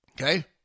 Okay